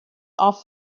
off